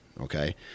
okay